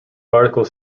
article